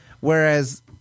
whereas